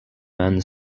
men